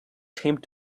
tempt